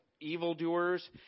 evildoers